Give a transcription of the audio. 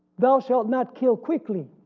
thou shalt not kill quickly,